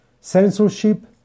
censorship